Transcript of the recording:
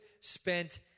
spent